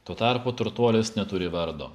tuo tarpu turtuolis neturi vardo